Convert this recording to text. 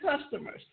customers